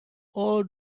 all